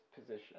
position